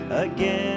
again